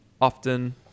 often